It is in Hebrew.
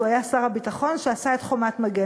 שהיה שר הביטחון שעשה את "חומת מגן".